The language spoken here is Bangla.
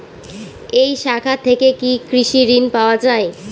এই শাখা থেকে কি কৃষি ঋণ পাওয়া যায়?